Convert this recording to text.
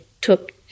took